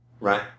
right